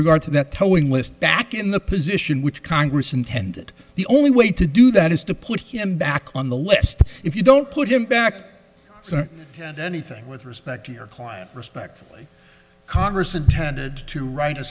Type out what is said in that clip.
regard to that telling list back in the position which congress intended the only way to do that is to put him back on the list if you don't put him back to tend to anything with respect to your client respectfully congress intended to write a